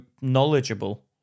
knowledgeable